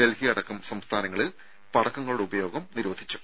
ഡൽഹി അടക്കം സ്ഥാനങ്ങളിൽ പടക്കങ്ങളുടെ ഉപയോഗം നിരോധിച്ചു